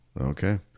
Okay